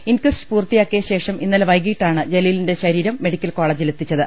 inquest പൂർത്തിയാക്കിയ ശേഷം ഇന്നലെ വൈകീട്ടാണ് ജലീലിന്റെ ശരീരം മെഡിക്കൽ കോളജിലെത്തിച്ചത്